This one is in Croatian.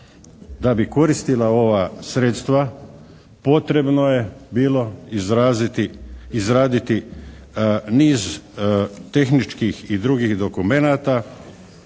da bi koristila ova sredstva potrebno je bilo izraditi niz tehničkih i drugih dokumenata